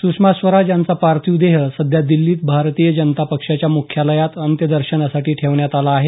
सुषमा स्वराज यांचा पार्थिव देह सध्या दिल्लीत भारतीय जनता पक्षाच्या मुख्यालयात अंत्यदर्शनासाठी ठेवण्यात आला आहे